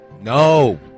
no